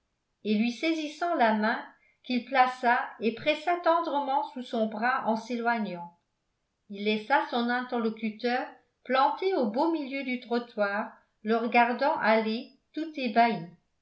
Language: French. et lui saisissant la main qu'il plaça et pressa tendrement sous son bras en s'éloignant il laissa son interlocuteur planté au beau milieu du trottoir le regardant aller tout